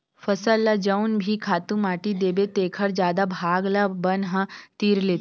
फसल ल जउन भी खातू माटी देबे तेखर जादा भाग ल बन ह तीर लेथे